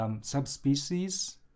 subspecies